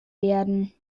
werden